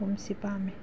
ꯑꯍꯨꯝꯁꯤ ꯄꯥꯝꯏ